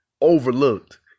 overlooked